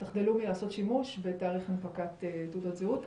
תחדלו מלעשות שימוש בתאריך הנפקת תעודת זהות.